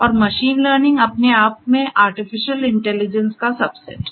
और machine learning अपने आप में आर्टिफिशियल इंटेलिजेंस का सबसेट है